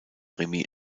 remis